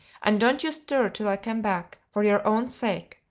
and don't you stir till i come back for your own sake.